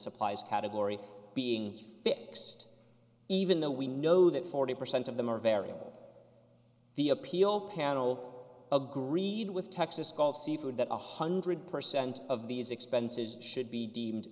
supplies category being fixed even though we know that forty percent of them are variable the appeal panel agreed with texas gulf seafood that one hundred percent of these expenses should be deemed